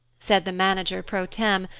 said the manager pro tem,